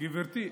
גברתי,